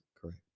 correct